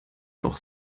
noch